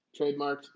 trademarked